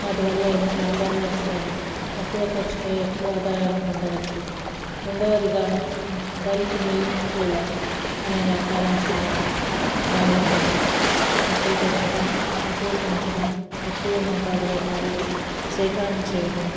వాటి వల్ల ఎన్నో లాభాలు వస్తాయి తక్కువ ఖర్చుతో ఎక్కువ ఆదాయాన్ని పొందవచ్చు రెండవదిగా బల్క్ మిల్క్ కూలర్ అనే వ్యాపారం చాలా బాగుంటుంది మొక్కలు పెంచడం పశువులు పెంచడం ఎక్కువ మతాదులో పాలు సేకరణ చేయటం